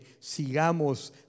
sigamos